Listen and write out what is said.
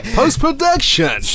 post-production